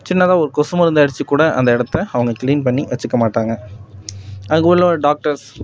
சின்னதாக ஒரு கொசு மருந்து அடிச்சு கூட அந்த இடத்த அவங்க க்ளீன் பண்ணி வச்சுக்க மாட்டாங்க அங்கே உள்ள ஒரு டாக்டர்ஸ்